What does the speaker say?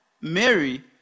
Mary